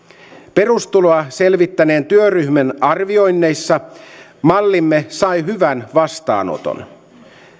perustuloa selvittäneen työryhmän arvioinneissa mallimme sai hyvän vastaanoton